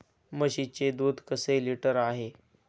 म्हशीचे दूध कसे लिटर आहे?